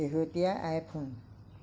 শেহতীয়া আইফোন